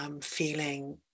feeling